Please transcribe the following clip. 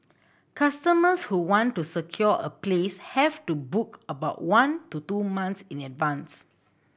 customers who want to secure a place have to book about one to two months in advance